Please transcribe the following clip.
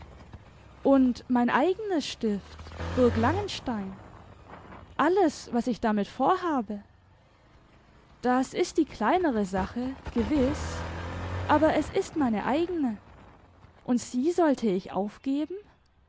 und mein eigenes stift burg langenstein alles was ich damit vorhabe das ist die kleinere sache gewiß aber es ist meine eigene und sie sollte ich aufgeben